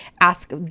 ask